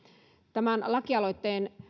tämän lakialoitteen